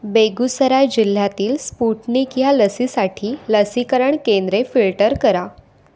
बेगुसरा जिल्ह्यातील स्पुटनिक या लसीसाठी लसीकरण केंद्रे फिल्टर करा